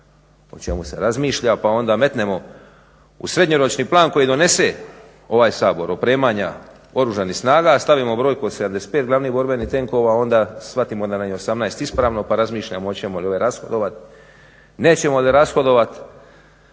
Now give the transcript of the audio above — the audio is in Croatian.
o čemu se razmišlja, pa onda metnemo u srednjoročni plan koji donese ovaj Sabor, opremanja oružanih snaga, stavimo brojku od 75 glavnih borbenih tenkova onda shvatimo da nam je 18 ispravno, pa razmišljamo hoćemo li ove rashodovati, nećemo li rashodovat.